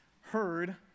heard